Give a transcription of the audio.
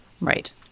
Right